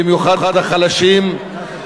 במיוחד החלשים,